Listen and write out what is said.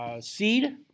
Seed